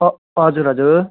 हजुर हजुर